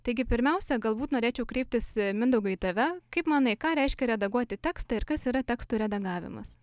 taigi pirmiausia galbūt norėčiau kreiptis mindaugai į tave kaip manai ką reiškia redaguoti tekstą ir kas yra tekstų redagavimas